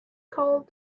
called